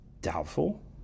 Doubtful